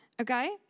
okay